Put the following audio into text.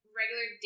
regular